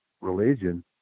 religion